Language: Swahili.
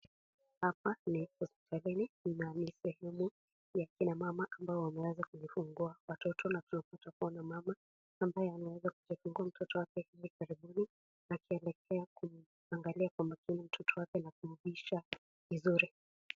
Hapa ni hospitalini, na ni sehemu ya kina mama ambao wameweza kujifungua watoto. Na hapa tunaweza kupata mama ambae ameweza kujifungua mtoto wake hivi karibuni, akielekea kumwangalia kwa makini mtoto wake na kumlisha vizuri.